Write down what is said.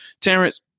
Terrence